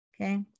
Okay